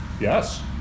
Yes